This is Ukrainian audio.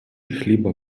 хліба